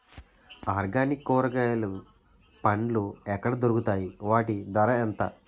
Organic కూరగాయలు పండ్లు ఎక్కడ దొరుకుతాయి? వాటి ధర ఎంత?